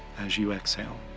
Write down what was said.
as you exhale.